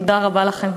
תודה רבה לכם.